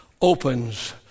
opens